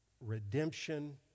redemption